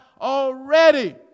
already